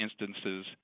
instances